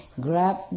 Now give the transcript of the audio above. grab